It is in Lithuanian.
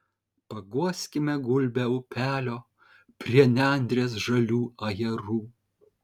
paguoskime gulbę upelio prie nendrės žalių ajerų